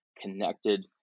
connected